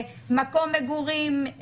מקום מגורים,